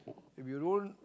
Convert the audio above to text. if you don't